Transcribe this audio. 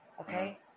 Okay